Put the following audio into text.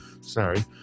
Sorry